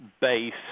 base